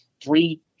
three